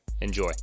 Enjoy